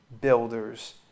builders